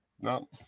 no